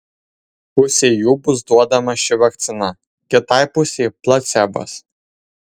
pusei jų bus duodama ši vakcina kitai pusei placebas